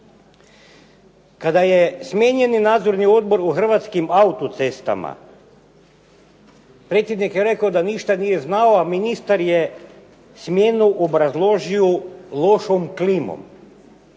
Kada je smijenjen Nadzorni odbor u Hrvatskom auto-cestama predsjednik je rekao da ništa nije znao a ministar je smjenu obrazložio lošom klimom,